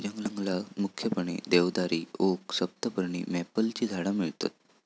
जंगलात मुख्यपणे देवदारी, ओक, सप्तपर्णी, मॅपलची झाडा मिळतत